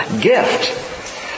gift